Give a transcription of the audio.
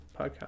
podcast